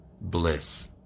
bliss